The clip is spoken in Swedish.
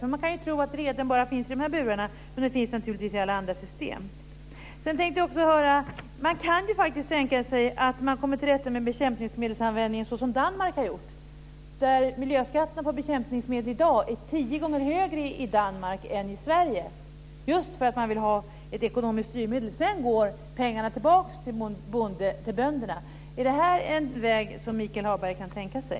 Då kan man tro att reden bara finns i burarna, men de finns naturligtvis i alla andra system. Man kan faktiskt tänka sig att komma till rätta med användningen av bekämpningsmedel så som Danmark har gjort. Miljöskatten på bekämpningsmedel i dag är tio gånger högre i Danmark än i Sverige, just för att ha ett ekonomiskt styrmedel. Sedan går pengarna tillbaka till bönderna. Är det en väg som Michael Hagberg kan tänka sig?